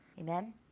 amen